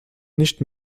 nicht